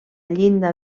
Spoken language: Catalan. llinda